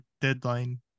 deadline